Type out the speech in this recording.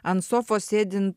ant sofos sėdint